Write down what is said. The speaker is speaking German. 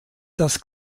das